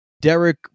Derek